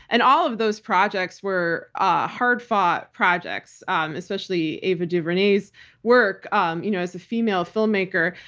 and all of those projects were ah hard-fought projects, especially ava duvernay's work um you know as a female filmmaker.